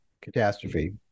catastrophe